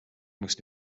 most